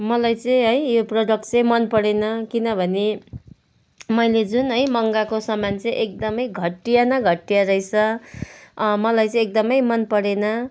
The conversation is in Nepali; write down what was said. मलाई चाहिँ है यो प्रडक्ट चाहिँ मन परेन किनभने मैले जुन है मगाएको सामान चाहिँ एकदमै घटिया न घटिया रहेछ मलाई चाहिँ एकदमै मन परेन